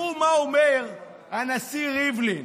ותראו מה אומר הנשיא ריבלין